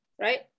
right